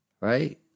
right